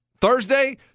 Thursday